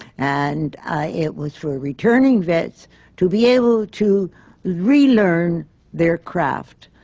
and it was for ah returning vets to be able to re-learn their craft.